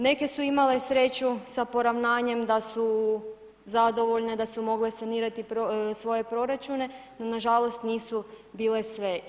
Neke su imale sreću sa poravnanjem da su zadovoljne, da su mogle sanirati svoje proračune, no nažalost nisu bile sve.